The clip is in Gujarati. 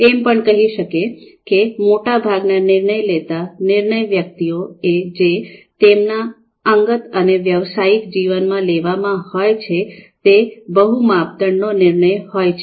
એમ પણ કહી શકે છે કે મોટાભાગના નિર્ણય લેતા નિર્ણય વ્યક્તિએ જે તેમના અંગત અને વ્યાવસાયિક જીવનમાં લેવાના હોય છે તે બહુ માપદંડનો નિર્ણયો હોય છે